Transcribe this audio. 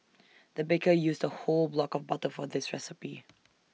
the baker used A whole block of butter for this recipe